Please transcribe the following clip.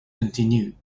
continued